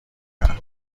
کرد